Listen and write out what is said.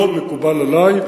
זה לא מקובל עלי.